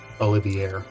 Olivier